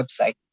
website